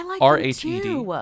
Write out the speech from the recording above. R-H-E-D